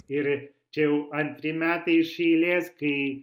ir čia jau antri metai iš eilės kai